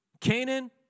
Canaan